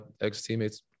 ex-teammates